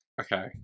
Okay